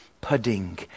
Pudding